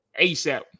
ASAP